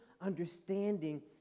understanding